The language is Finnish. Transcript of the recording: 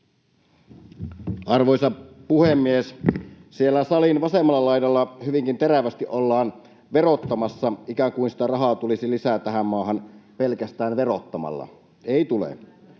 Arvoisa puhemies! Siellä salin vasemmalla laidalla hyvinkin terävästi ollaan verottamassa, ikään kuin sitä rahaa tulisi lisää tähän maahan pelkästään verottamalla. Ei tule.